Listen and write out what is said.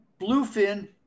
bluefin